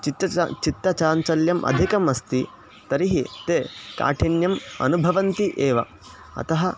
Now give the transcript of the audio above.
चित्तचा चित्तचाञ्चल्यम् अधिकम् अस्ति तर्हि ते काठिन्यम् अनुभवन्ति एव अतः